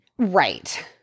Right